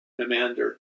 commander